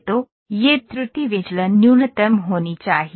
तो यह त्रुटि विचलन न्यूनतम होनी चाहिए